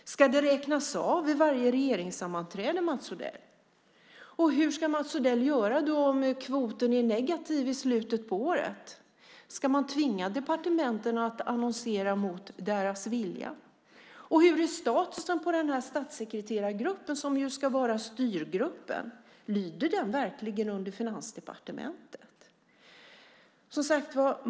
Ska de räknas av vid varje regeringssammanträde? Hur ska Mats Odell göra om kvoten är negativ i slutet av året? Ska man tvinga departementen att annonsera mot deras vilja? Hur är statusen på den statssekreterargrupp som ska vara styrgruppen? Lyder den verkligen under Finansdepartementet?